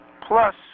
plus